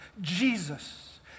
jesus